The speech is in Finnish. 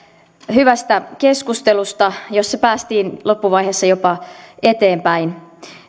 hyvästä keskustelusta jossa päästiin loppuvaiheessa jopa eteenpäin